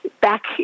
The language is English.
back